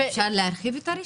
אפשר להרחיב את הרשימה?